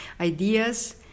ideas